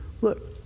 Look